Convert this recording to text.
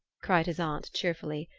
cried his aunt cheerfully,